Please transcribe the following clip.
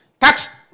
Tax